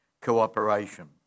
cooperation